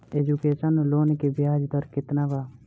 Education loan के ब्याज दर केतना बा?